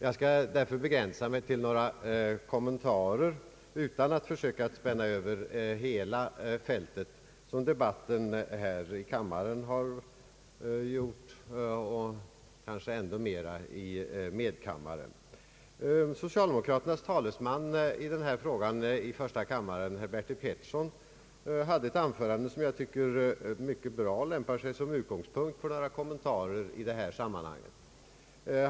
Jag skall därför begränsa mig till några kommentarer utan att försöka spänna över hela fältet, vilket debatten här i kammaren och kanske ännu mera debatten i medkammaren har gjort. Socialdemokraternas talesman i denna fråga i första kammaren, herr Bertil Petersson, höll ett anförande, som jag tycker var mycket bra som utgångspunkt för några kommentarer i detta sammanhang.